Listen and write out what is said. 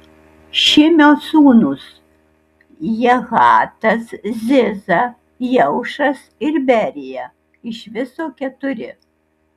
šimio sūnūs jahatas ziza jeušas ir berija iš viso keturi